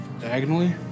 diagonally